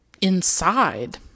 inside